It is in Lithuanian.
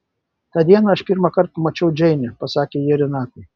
tą dieną aš pirmą kartą pamačiau džeinę pasakė ji renatai